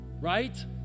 right